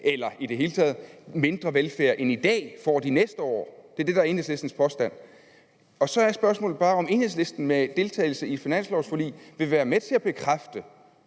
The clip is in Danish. de i det hele taget får mindre velfærd næste år end i dag. Det er det, der er Enhedslistens påstand. Så er spørgsmålet bare, om Enhedslisten med deltagelse i et finanslovsforlig vil være med til at stemme